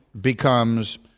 becomes